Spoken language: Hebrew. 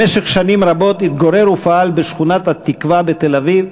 במשך שנים רבות התגורר ופעל בשכונת-התקווה בתל-אביב,